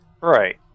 Right